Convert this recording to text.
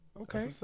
Okay